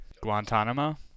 guantanamo